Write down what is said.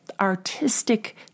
Artistic